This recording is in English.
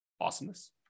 Awesomeness